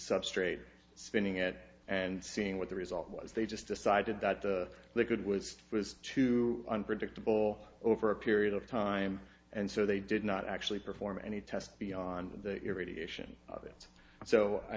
substrate spinning it and seeing what the result was they just decided that they could was too unpredictable over a period of time and so they did not actually perform any test beyond the irradiation of i